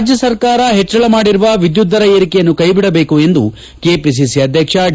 ರಾಜ್ಯ ಸರ್ಕಾರ ಹೆಚ್ಚಳ ಮಾಡಿರುವ ವಿದ್ಯುತ್ ದರ ಏರಿಕೆಯನ್ನು ಕೈಬಿಡಬೇಕು ಎಂದು ಕೆಪಿಸಿಸಿ ಅಧ್ಯಕ್ಷ ಡಿ